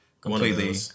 completely